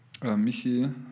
Michi